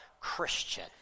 Christian